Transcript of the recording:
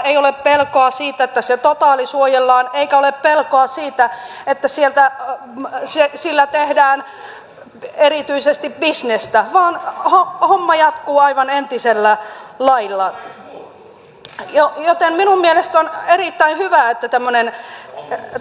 ei ole pelkoa siitä että se totaalisuojellaan eikä ole pelkoa siitä että sillä tehdään erityisesti bisnestä vaan homma jatkuu aivan entisellä lailla joten minun mielestäni on erittäin hyvä että on